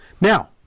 Now